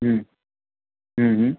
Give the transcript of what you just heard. હં હં હં